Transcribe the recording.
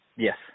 Yes